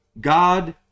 God